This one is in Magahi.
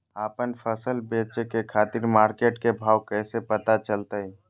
आपन फसल बेचे के खातिर मार्केट के भाव कैसे पता चलतय?